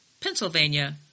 Pennsylvania